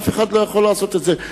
אף אחד לא יכול לעשות את זה.